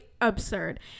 absurd